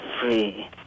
free